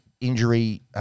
injury